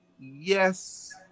Yes